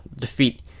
defeat